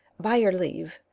by your leave,